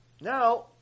Now